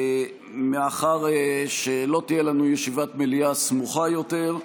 מאחר שלא תהיה לנו ישיבת מליאה סמוכה יותר,